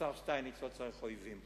השר שטייניץ לא צריך אויבים.